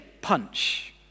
punch